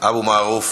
אבו מערוף,